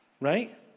right